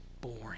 boring